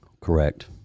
Correct